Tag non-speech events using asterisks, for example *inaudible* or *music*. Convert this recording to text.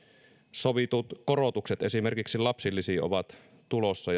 sovitut korotukset esimerkiksi lapsilisiin ovat tulossa *unintelligible*